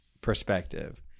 perspective